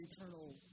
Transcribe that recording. eternal